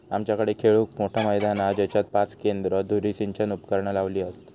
आमच्याकडे खेळूक मोठा मैदान हा जेच्यात पाच केंद्र धुरी सिंचन उपकरणा लावली हत